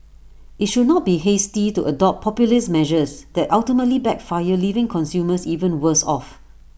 IT should not be hasty to adopt populist measures that ultimately backfire leaving consumers even worse off